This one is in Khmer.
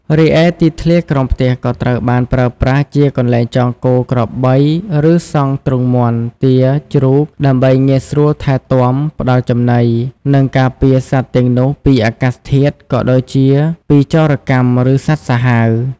រីឯទីធ្លាក្រោមផ្ទះក៏ត្រូវបានប្រើប្រាស់ជា កន្លែងចងគោ ក្របី ឬសង់ទ្រុងមាន់ ទា ជ្រូក ដើម្បីងាយស្រួលថែទាំ ផ្តល់ចំណី និងការពារសត្វទាំងនោះពីអាកាសធាតុ ក៏ដូចជាពីចោរកម្ម ឬសត្វសាហាវ ។